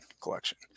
collection